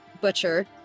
butcher